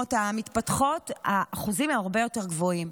המתפתחות האחוזים הם הרבה יותר גבוהים.